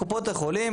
קופות החולים.